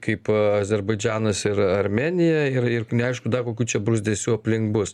kaip azerbaidžanas ir armėnija ir ir neaišku dar kokių čia bruzdesių aplink bus